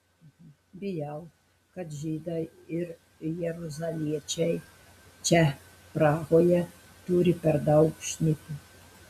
bijau kad žydai ir jeruzaliečiai čia prahoje turi per daug šnipų